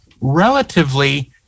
relatively